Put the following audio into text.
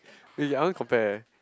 eh I want compare